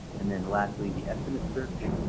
and then lastly the estimate search.